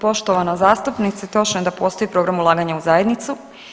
Poštovana zastupnice, točno je da postoji program ulaganja u zajednicu.